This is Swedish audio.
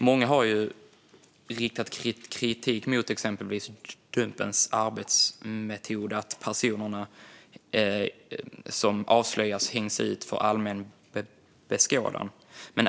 Många har riktat kritik mot exempelvis Dumpens arbetsmetod, att personerna som avslöjas hängs ut till allmän beskådan.